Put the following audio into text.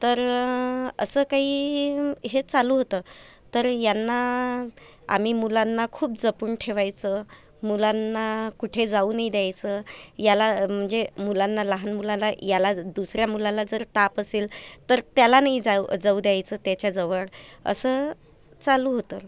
तर असं काही हे चालू होतं तर यांना आम्ही मुलांना खूप जपून ठेवायचं मुलांना कुठे जाऊ नाही द्यायचं याला म्हणजे मुलांना लहान मुलाला याला ज दुसऱ्या मुलाला जर ताप असेल तर त्याला नाही जाऊ जाऊ द्यायचं त्याच्याजवळ असं चालू होतं